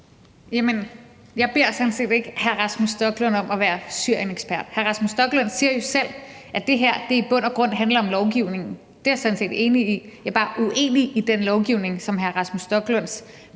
sådan set ikke hr. Rasmus Stoklund om at være Syrienekspert. Hr. Rasmus Stoklund siger jo selv, at det her i bund og grund handler om lovgivningen. Det er jeg sådan set enig i. Jeg er bare uenig i den lovgivning, som hr. Rasmus Stoklunds